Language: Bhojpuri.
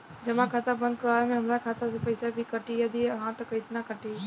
जमा खाता बंद करवावे मे हमरा खाता से पईसा भी कटी यदि हा त केतना कटी?